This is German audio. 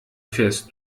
fährst